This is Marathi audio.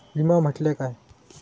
विमा म्हटल्या काय?